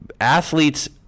athletes